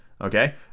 okay